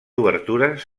obertures